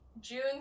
June